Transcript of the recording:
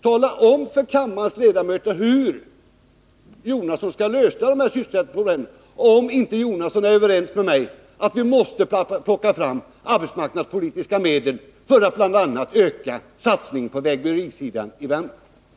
Tala om för kammarens ledamöter hur Bertil Jonasson skall lösa de här sysselsättningsproblemen, om han inte är överens med mig om att vi måste plocka fram arbetsmarknadspolitiska medel för att bl.a. öka satsningen på vägbyggnadssidan i Värmland!